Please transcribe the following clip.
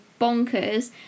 bonkers